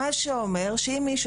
מה שאומר שאם מישהו,